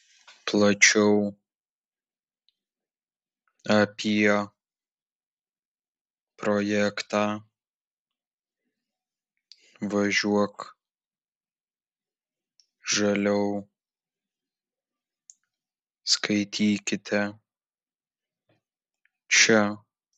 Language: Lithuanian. plačiau apie projektą važiuok žaliau skaitykite čia